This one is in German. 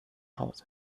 hause